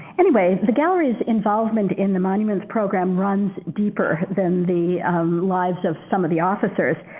anyway, the gallery's involvement in the monuments program runs deeper than the lives of some of the officers.